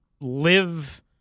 live